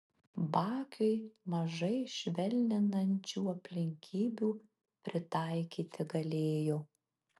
bakiui mažai švelninančių aplinkybių pritaikyti galėjo